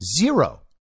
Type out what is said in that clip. Zero